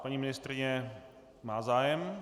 Paní ministryně má zájem.